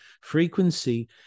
frequency